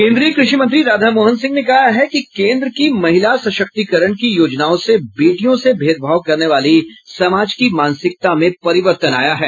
केन्द्रीय कृषि मंत्री राधामोहन सिंह ने कहा है कि केन्द्र की महिला सशक्तीकरण की योजनाओं से बेटियों से भेदभाव करने वाली समाज की मानसिकता में परिवर्तन आया है